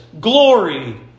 glory